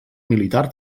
militar